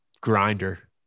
Grinder